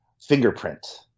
Fingerprint